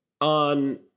on